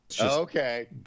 Okay